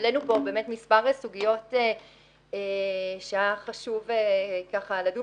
העלינו פה מספר סוגיות שהיה חשוב לדון